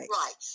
right